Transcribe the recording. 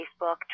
Facebook